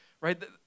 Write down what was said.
right